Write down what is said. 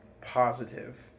positive